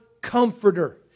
Comforter